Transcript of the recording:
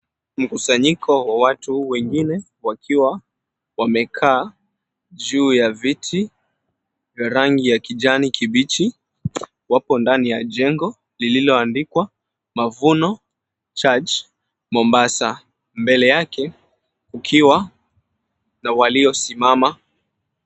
Mkusanyiko wa watu wengine wakiwa wamekaa juu ya viti vya rangi ya kijani kibichi wapo ndani ya jengo lilioandikwa Mavuno Church Mombasa mbele yake kukiwa na waliosimama.